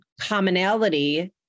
commonality